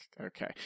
okay